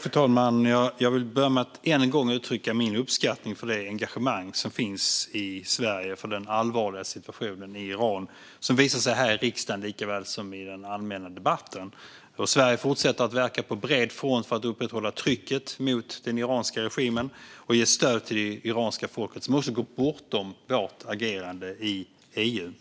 Fru talman! Jag vill börja med att än en gång uttrycka min uppskattning av det engagemang som finns i Sverige för den allvarliga situationen i Iran och som visar sig här i riksdagen såväl som i den allmänna debatten. Sverige fortsätter att verka på bred front för att upprätthålla trycket mot den iranska regimen och ge stöd till det iranska folket, stöd som också går bortom vårt agerande i EU.